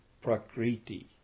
Prakriti